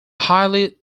highly